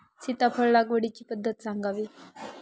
सीताफळ लागवडीची पद्धत सांगावी?